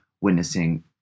witnessing